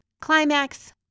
climax